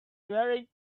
wearing